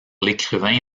l’écrivain